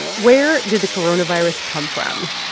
where did the coronavirus come from?